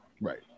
Right